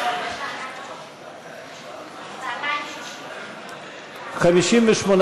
לחלופין ו' ח' של קבוצת סיעת יש עתיד לסעיף 1 לא נתקבלו.